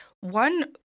one